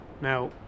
now